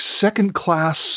second-class